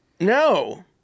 no